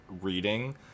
reading